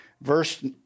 verse